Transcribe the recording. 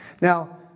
Now